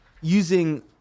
using